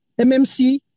MMC